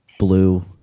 blue